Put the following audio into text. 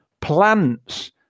plants